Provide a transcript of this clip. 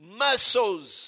muscles